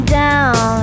down